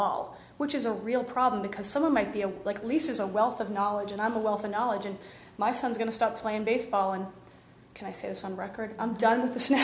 all which is a real problem because someone might be a lease is a wealth of knowledge and i'm a wealth of knowledge and my son's going to stop playing baseball and can i say this on record i'm done with the sn